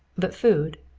but food?